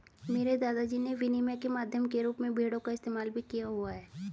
मेरे दादा जी ने विनिमय के माध्यम के रूप में भेड़ों का इस्तेमाल भी किया हुआ है